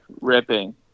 ripping